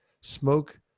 smoke